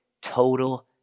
total